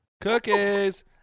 Cookies